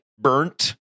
burnt